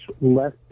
less